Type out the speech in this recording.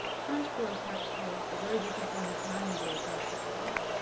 french baroque harpsichords are very different from italian baroque harpsichords,